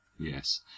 Yes